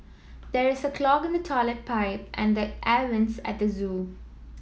there is a clog in the toilet pipe and the air vents at the zoo